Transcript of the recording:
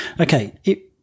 okay